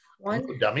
One